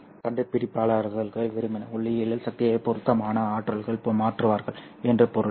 புகைப்படக் கண்டுபிடிப்பாளர்கள் வெறுமனே ஒளியியல் சக்தியை பொருத்தமான ஆற்றலாக மாற்றுவார்கள் என்று பொருள்